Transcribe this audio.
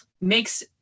makes